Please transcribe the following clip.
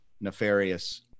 nefarious